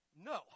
No